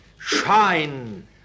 shine